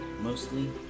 Mostly